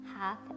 half